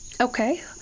Okay